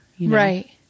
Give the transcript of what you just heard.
Right